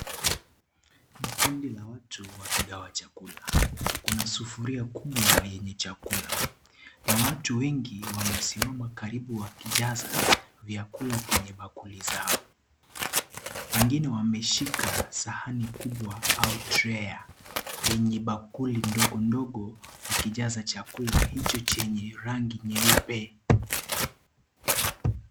Ni kundi la watu wakigawa chakula kuna sufuria kubwa yenye chakula na watu wengi wamesimama karibu wakijaza vyakula kwenye bakuli zao wengine wameshika sahani kubwa au traya yenye bakuli ndogo ndogo wakijaza chakula hicho chenye rangi nyeupe.